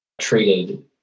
treated